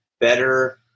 better